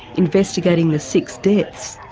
investigating the six deaths.